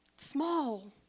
small